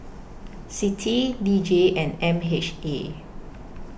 CITI D J and M H A